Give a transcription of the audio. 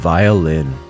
Violin